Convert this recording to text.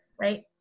right